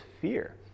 fear